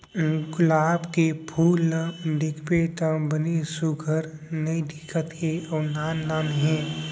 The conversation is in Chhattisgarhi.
गुलाब के फूल ल देखबे त बने सुग्घर नइ दिखत हे अउ नान नान हे